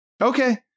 Okay